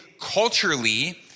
culturally